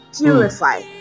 purify